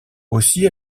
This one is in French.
aussi